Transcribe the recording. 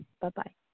Bye-bye